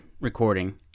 recording